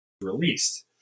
released